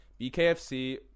BKFC